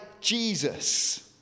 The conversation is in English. Jesus